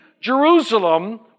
Jerusalem